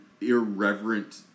irreverent